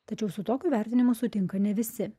tačiau su tokiu vertinimu sutinka ne visi